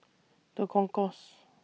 The Concourse